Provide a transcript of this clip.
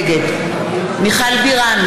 נגד מיכל בירן,